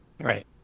Right